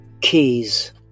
keys